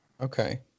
Okay